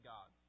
God